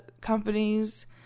companies